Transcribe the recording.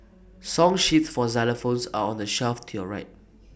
song sheets for xylophones are on the shelf to your right